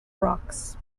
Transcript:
rocks